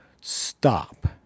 stop